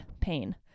pain